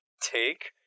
Take